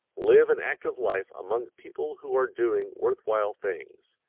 live an active life among people who are doing worth-while things,